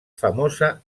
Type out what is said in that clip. famosa